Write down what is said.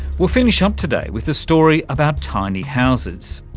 we'll finish up today with a story about tiny houses.